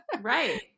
Right